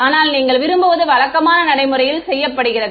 ஆனால் நீங்கள் விரும்புவது வழக்கமாக நடைமுறையில் செய்யப்படுகிறது